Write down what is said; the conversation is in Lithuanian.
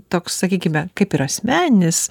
toks sakykime kaip ir asmeninis